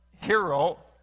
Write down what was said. hero